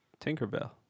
Tinkerbell